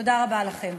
תודה רבה לכם.